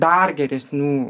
dar geresnių